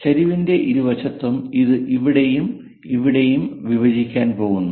അതിനാൽ ചരിവിന്റെ ഇരുവശത്തും അത് ഇവിടെയും ഇവിടെയും വിഭജിക്കാൻ പോകുന്നു